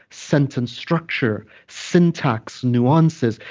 sentence structure syntax, nuances.